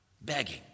begging